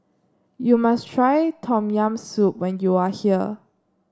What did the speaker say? you must try Tom Yam Soup when you are here